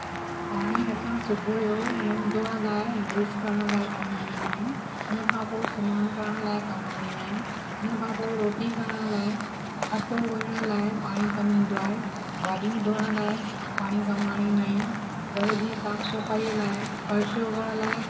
पाणी असां सुबुह जो मुंहुं धोहण लाइ ऐं ब्रुश करण लाइ कमु आणींदा आहियूं हुन खां पोइ सनानु करणु लाइ कमु आणींदा आहियूं हुन खां पोइ रोटी करण लाइ अटो ॻोअण लाइ पाणी कमु ईंदो आहे भाॼियूं धोअण लाइ पाणी कमु आणींदा आहियूं घर जी साफ़ु सफ़ाईअ लाइ फर्श उघण लाइ